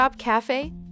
Cafe